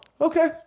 Okay